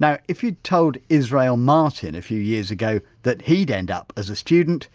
now, if you'd told israel martin, a few years ago, that he'd end up as a student,